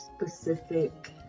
specific